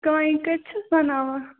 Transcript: کانہِ کَتہِ چھِس بناوان